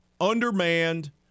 Undermanned